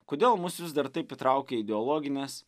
kodėl mus vis dar taip įtraukia ideologinės